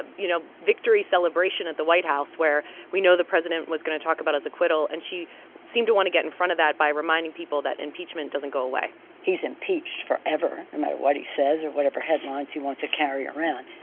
and you know, victory celebration at the white house, where we know the president was going to talk about his acquittal. and she seemed to want to get in front of that by reminding people that impeachment doesn't go away he's impeached forever, no matter what he says or whatever headlines he wants to carry around.